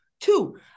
Two